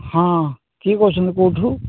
ହଁ କିଏ କହୁଛନ୍ତି କେଉଁଠାରୁ